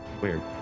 Weird